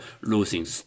losing